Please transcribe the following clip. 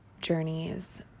journeys